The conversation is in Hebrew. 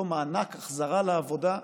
אותו מענק החזרה לעבודה,